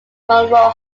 monroe